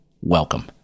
welcome